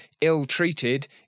ill-treated